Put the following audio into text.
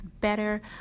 better